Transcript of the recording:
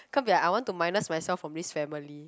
can't be like I want to minus myself from this family